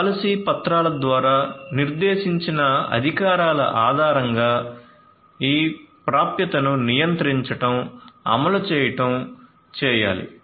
policy పత్రాల ద్వారా నిర్దేశించిన అధికారాల ఆధారంగా ఈ ప్రాప్యతను నియంత్రించడం అమలు చేయడం చేయాలి